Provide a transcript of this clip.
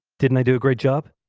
didn't i do a great job?